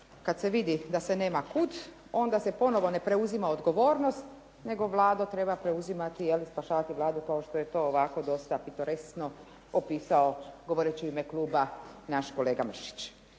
kad se vidi da se nema kud onda se ponovo ne preuzima odgovornost nego Vlado treba preuzimati, je li, spašavati Vladu kao što je to ovako dosta pitoreskno opisao govoreći u ime kluba naš kolega Mršić.